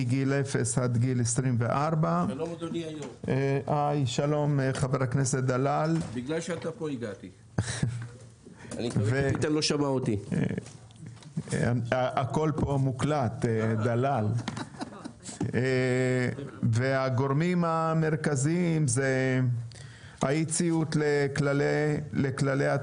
מגיל אפס עד גיל 24. הגורמים המרכזיים לכך הם אי ציות לכללי התנועה,